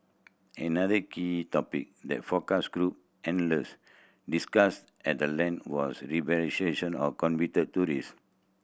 another key topic that focus group attendees discussed at the length was rehabilitation of convicted terrorists